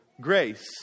grace